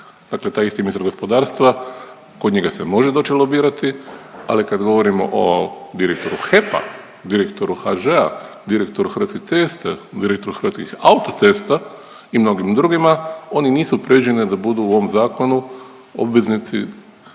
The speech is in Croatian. Dakle, taj isti ministar gospodarstva kod njega se može doći lobirati, ali kad govorimo o direktoru HEP-a, direktoru HŽ-a, direktoru Hrvatskih cesta, direktoru Hrvatskih autocesta i mnogim drugima. Oni nisu predviđeni da budu u ovom zakonu obveznici